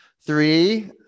Three